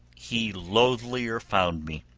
he loathlier found me,